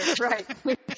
right